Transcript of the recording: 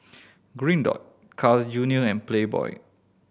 Green Dot Carl's Junior and Playboy